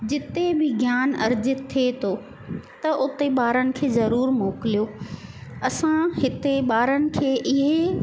जिते बि ज्ञानु अर्जित थिए थो त उते ॿारनि खे ज़रूरु मोकिलियो असां हिते ॿारनि खे इहे